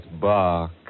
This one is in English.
bark